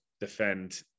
defend